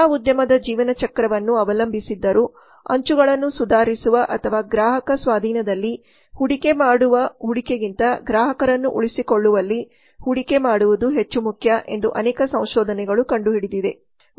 ಸೇವಾ ಉದ್ಯಮದ ಜೀವನ ಚಕ್ರವನ್ನು ಅವಲಂಬಿಸಿದ್ದರೂ ಅಂಚುಗಳನ್ನು ಸುಧಾರಿಸುವ ಅಥವಾ ಗ್ರಾಹಕ ಸ್ವಾಧೀನದಲ್ಲಿ ಹೂಡಿಕೆ ಮಾಡುವ ಹೂಡಿಕೆಗಿಂತ ಗ್ರಾಹಕರನ್ನು ಉಳಿಸಿಕೊಳ್ಳುವಲ್ಲಿ ಹೂಡಿಕೆ ಮಾಡುವುದು ಹೆಚ್ಚು ಮುಖ್ಯ ಎಂದು ಅನೇಕ ಸಂಶೋಧನೆಗಳು ಕಂಡುಹಿಡಿದಿದೆ